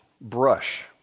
brush